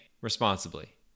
responsibly